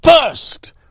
first